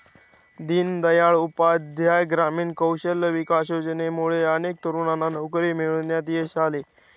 दीनदयाळ उपाध्याय ग्रामीण कौशल्य विकास योजनेमुळे अनेक तरुणांना नोकरी मिळवण्यात यश आले